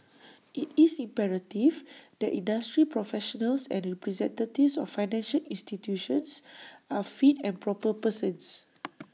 IT is imperative that industry professionals and representatives of financial institutions are fit and proper persons